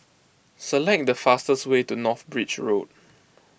select the fastest way to North Bridge Road